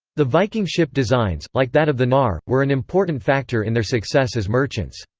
the viking ship designs, like that of the knarr, were an important factor in their success as merchants.